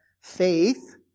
faith